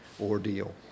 ordeal